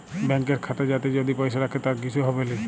ব্যাংকের খাতা যাতে যদি পয়সা রাখে তার কিসু হবেলি